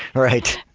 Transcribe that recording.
right,